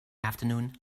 afternoon